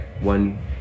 one